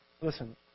Listen